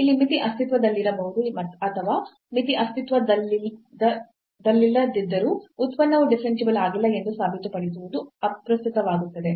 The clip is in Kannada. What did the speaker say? ಇಲ್ಲಿ ಮಿತಿ ಅಸ್ತಿತ್ವದಲ್ಲಿರಬಹುದು ಅಥವಾ ಮಿತಿ ಅಸ್ತಿತ್ವದಲ್ಲಿಲ್ಲದಿದ್ದರೂ ಉತ್ಪನ್ನವು ಡಿಫರೆನ್ಸಿಬಲ್ ಆಗಿಲ್ಲ ಎಂದು ಸಾಬೀತುಪಡಿಸುವುದು ಅಪ್ರಸ್ತುತವಾಗುತ್ತದೆ